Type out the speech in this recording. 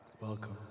Welcome